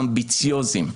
אמביציוזיים.